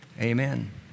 Amen